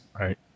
Right